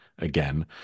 again